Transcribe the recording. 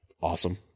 awesome